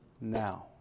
now